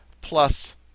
plus